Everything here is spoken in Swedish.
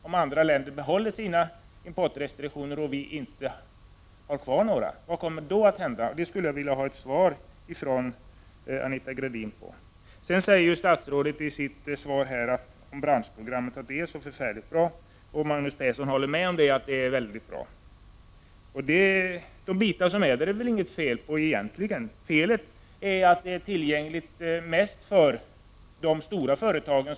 Om andra länder behåller sina importrestriktioner och vi inte har våra kvar, vad kommer då att hända? Det skulle jag vilja ha ett svar på från Anita Gradin. Statsrådet säger i sitt svar att branschprogrammet är så väldigt bra, och Magnus Persson håller med om att det är väldigt bra. De delar det innehåller är väl bra, men felet är att resurserna är tillgängliga mest för de stora företagen.